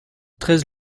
treize